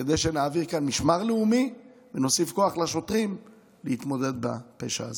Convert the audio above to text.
כדי שנעביר כאן משמר לאומי ונוסיף כוח לשוטרים להתמודד עם הפשע הזה.